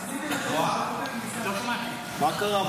--- מה קרה?